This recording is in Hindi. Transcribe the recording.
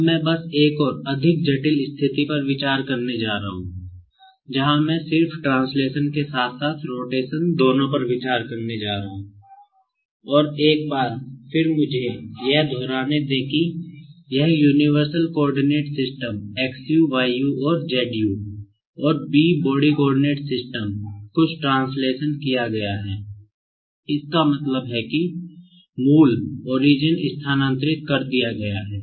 अब मैं बस एक और अधिक जटिल स्थिति पर विचार करने जा रहा हूं जहां मैं सिर्फ ट्रांसलेशन स्थानांतरित कर दिया गया है